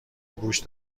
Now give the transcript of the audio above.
گوش